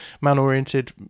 man-oriented